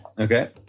Okay